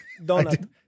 donut